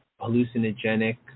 hallucinogenic